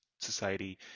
society